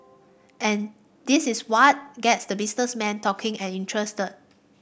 and this is what gets the businessman talking and interested